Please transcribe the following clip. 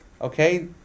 okay